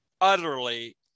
utterly